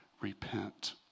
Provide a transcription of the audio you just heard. Repent